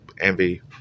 Envy